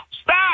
stop